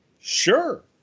Sure